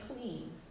clean